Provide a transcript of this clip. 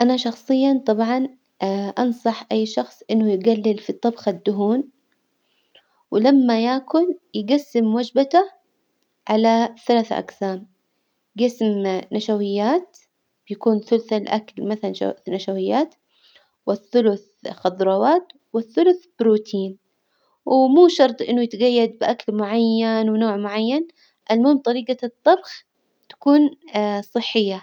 أنا شخصيا طبعا أنصح أي شخص إنه يجلل في الطبخ الدهون، ولما يأكل يجسم وجبته على ثلاثة أجسام، جسم نشويات بيكون ثلث الأكل مثلا نشويات، والثلث خضروات والثلث بروتين، ومو شرط إنه يتجيد بأكل معين ونوع معين، المهم طريجة الطبخ تكون صحية.